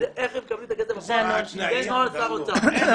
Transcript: ואיך מקבלים, זה נוהל שר אוצר.